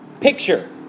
picture